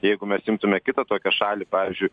jeigu mes imtume kitą tokią šalį pavyzdžiui